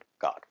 God